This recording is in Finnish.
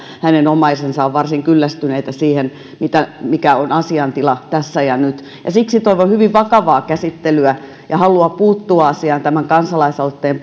hänen omaisensa ovat varsin kyllästyneitä siihen mikä on asian tila tässä ja nyt siksi toivon hyvin vakavaa käsittelyä ja halua puuttua asiaan tämän kansalaisaloitteen